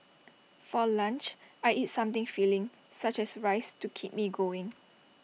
for lunch I eat something filling such as rice to keep me going